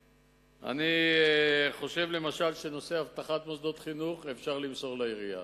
אני חושב שאת אבטחת מוסדות החינוך אפשר למסור לעירייה,